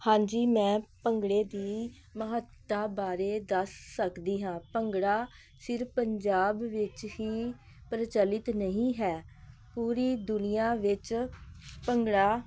ਹਾਂਜੀ ਮੈਂ ਭੰਗੜੇ ਦੀ ਮਹੱਤਤਾ ਬਾਰੇ ਦੱਸ ਸਕਦੀ ਹਾਂ ਭੰਗੜਾ ਸਿਰਫ਼ ਪੰਜਾਬ ਵਿੱਚ ਹੀ ਪ੍ਰਚਲਿਤ ਨਹੀਂ ਹੈ ਪੂਰੀ ਦੁਨੀਆ ਵਿੱਚ ਭੰਗੜਾ